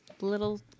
Little